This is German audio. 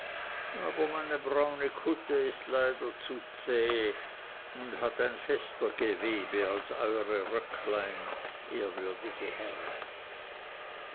aber meine braune kutte ist leider zu zäh und hat ein fester gewebe als eure röcklein ehrwürdige herren